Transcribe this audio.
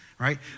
right